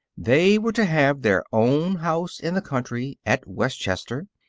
they were to have their own house in the country, at westchester.